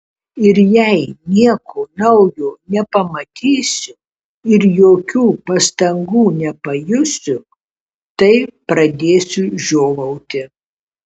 ir jei nieko naujo nepamatysiu ir jokių pastangų nepajusiu tai pradėsiu žiovauti